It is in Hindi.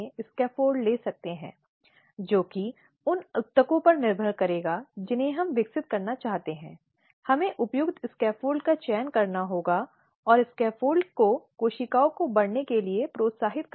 यह आंतरिक शिकायत समिति की जिम्मेदारी है कि वह इस संबंध में आवश्यक सहायता दे लेकिन निश्चित रूप से हुक्म नहीं चलाएगी और ऐसी स्थिति नहीं बनाएगी जहां वह लिखित शिकायत में अपने शब्द डाले